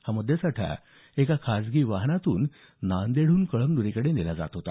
हा मद्यसाठा एका खाजगी वाहनातून नांदेडहून कळमनुरीकडे नेला जात होता